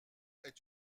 est